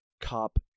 cop